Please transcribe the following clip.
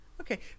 Okay